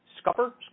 scupper